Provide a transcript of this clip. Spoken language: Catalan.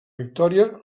victòria